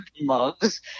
mugs